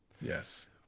yes